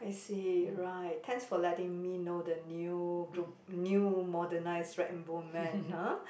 I see right thanks for letting me know the new group new modernized rag and bone man ha